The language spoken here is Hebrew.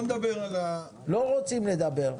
אז בוא נדבר על ה --- לא רוצים לדבר,